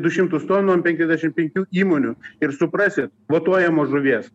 du šimtus tonų ant penkiasdešim penkių įmonių ir suprasi matuojamos žuvies